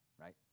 right